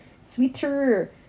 sweeter